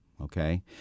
Okay